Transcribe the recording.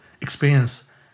experience